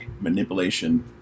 manipulation